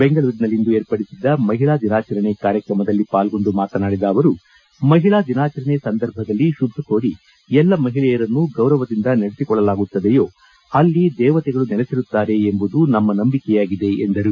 ಬೆಂಗಳೂರಿನಲ್ಲಿಂದು ವಿರ್ಪಡಿಸಿದ್ದ ಮಹಿಳಾ ದಿನಾಚರಣೆ ಕಾರ್ಯಕ್ರಮದಲ್ಲಿ ಪಾಲ್ಗೊಂಡು ಮಾತನಾಡಿದ ಅವರು ಮಹಿಳಾ ದಿನಾಚರಣೆ ಸಂದರ್ಭದಲ್ಲಿ ಶುಭ ಕೋರಿ ಎಲ್ಲಿ ಮಹಿಳೆಯರನ್ನು ಗೌರವದಿಂದ ನಡೆಸಿಕೊಳ್ಳಲಾಗುತ್ತದೆಯೋ ಅಲ್ಲಿ ದೇವತೆಗಳು ನೆಲೆಸಿರುತ್ತಾರೆ ಎಂಬುದು ನಮ್ಮ ನಂಬಿಕೆಯಾಗಿದೆ ಎಂದರು